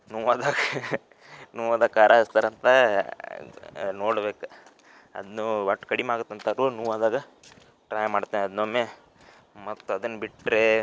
ನೋವಾದಾಗ ನೋವಾದಾಗ ಖಾರ ಹಚ್ತಾರಂತೆ ನೋಡ್ಬೇಕು ಅದನ್ನೂ ಒಟ್ಟು ಕಡಿಮೆ ಆಗುತ್ತಂತಾರೆ ನೋವಾದಾಗ ಟ್ರೈ ಮಾಡ್ತೇನೆ ಅದನ್ನೊಮ್ಮೆ ಮತ್ತು ಅದನ್ನು ಬಿಟ್ಟರೆ